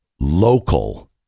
Local